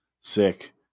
sick